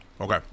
Okay